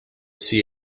see